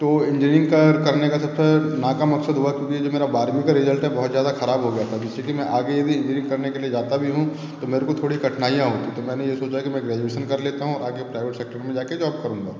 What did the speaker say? तो इंजीनियरिंग कर करने का सबसे नाकाम मकसद हुआ क्योंकि ये जो मेरा बारवीं का रिजल्ट है बहुत ज़्यादा खराब हो गया था जिससे कि मैं आगे भी इंजीनियरिंग करने के लिए जाता भी हूँ तो मेरे को थोड़ी कठिनाइयाँ होती तो मैंने ये सोचा कि मैं ग्रेजुएसन कर लेता हूँ आगे प्राइवेट सेक्टर में जा के जॉब करूँगा